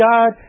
God